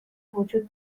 وجود